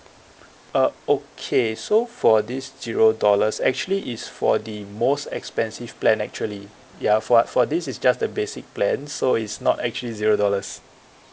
uh okay so for this zero dollars actually is for the most expensive plan actually ya for uh for this is just the basic plan so it's not actually zero dollars